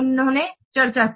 उन्होंने चर्चा की